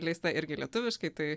leista irgi lietuviškai tai